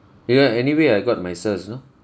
you know anyway I got my cert also